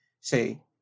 say